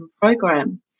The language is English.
program